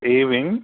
a wing